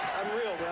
i'm real,